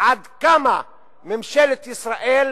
עד כמה ממשלת ישראל